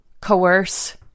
coerce